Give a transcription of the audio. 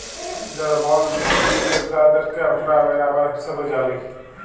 যারা বল্ড বিক্কিরি কেরতাদেরকে আমরা বেরাবার হিসাবে জালি